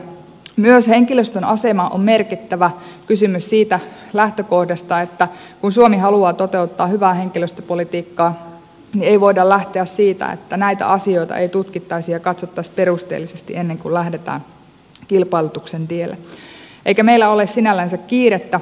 myös henkilöstön asema on merkittävä kysymys siitä lähtökohdasta että kun suomi haluaa toteuttaa hyvää henkilöstöpolitiikkaa niin ei voida lähteä siitä että näitä asioita ei tutkittaisi ja katsottaisi perusteellisesti ennen kuin lähdetään kilpailutuksen tielle eikä meillä ole sinällänsä kiirettä